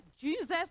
Jesus